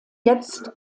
jetzt